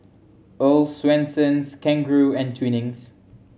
Earl's Swensens Kangaroo and Twinings